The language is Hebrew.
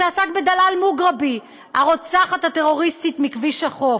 שעסק בדלאל מוגרבי, הרוצחת הטרוריסטית מכביש-החוף,